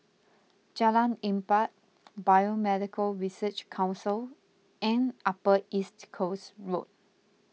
Jalan Empat Biomedical Research Council and Upper East Coast Road